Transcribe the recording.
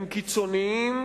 כלפיהם הם קיצוניים